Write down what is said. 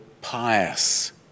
pious